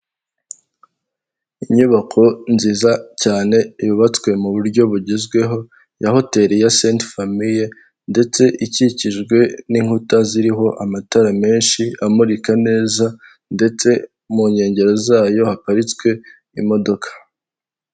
Inyubako nziza cyane yubatswe mu buryo bugezweho ya hoteli ya senti famiye ndetse ikikijwe n'inkuta ziriho amatara menshi amurika neza, ndetse mu nkengero zayo haparitswe imodoka.